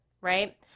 right